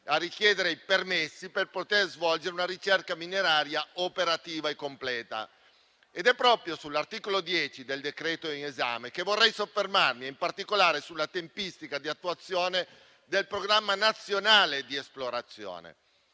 a richiedere i permessi per svolgere una ricerca mineraria operativa e completa. È proprio sull'articolo 10 del decreto-legge in esame che vorrei soffermarmi, in particolare sulla tempistica di attuazione del programma nazionale di esplorazione.